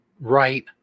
right